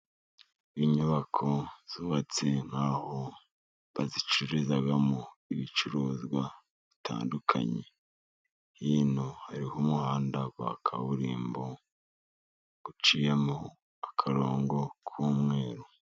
Inyubako zubatse nk'aho bazicururizamo ibicuruzwa bitandukanye, hino hariho umuhanda wa kaburimbo, uciyemo akarongo k'umweru.